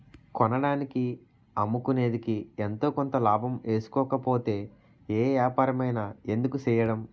కొన్నదానికి అమ్ముకునేదికి ఎంతో కొంత లాభం ఏసుకోకపోతే ఏ ఏపారమైన ఎందుకు సెయ్యడం?